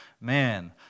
man